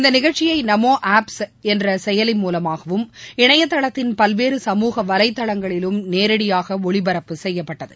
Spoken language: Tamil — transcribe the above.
இந்த நிகழ்ச்சியை நமோ ஆப் என்ற செயலி முலமாகவும் இணைய தளத்தின் பல்வேறு சமூக வலைதளங்களிலும் நேரடியாக ஒளிபரப்பு செய்யப்பட்டது